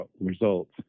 results